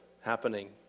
happening